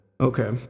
okay